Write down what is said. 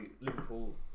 Liverpool